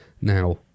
Now